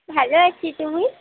ভালো আছি তুমি